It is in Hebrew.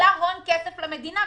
זה עלה הון כסף למדינה.